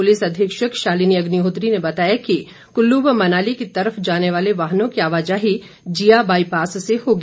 police अधीक्षक शालिनी अग्निहोत्री ने बताया कि कुल्लू व मनाली की तरफ जाने वाले वाहनों की आवाजाही जीया बाईपास से होगी